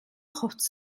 хувцас